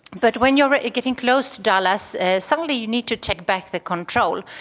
but when you are getting close to dallas suddenly you need to take back the control,